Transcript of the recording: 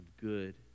good